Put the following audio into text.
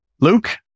Luke